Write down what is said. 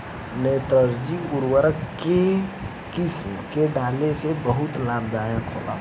नेत्रजनीय उर्वरक के केय किस्त में डाले से बहुत लाभदायक होला?